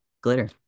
Glitter